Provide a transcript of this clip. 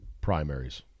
primaries